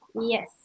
yes